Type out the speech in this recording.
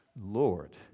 Lord